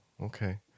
Okay